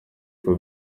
two